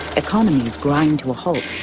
economies grind to a halt?